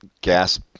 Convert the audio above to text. gas